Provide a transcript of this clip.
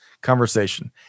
conversation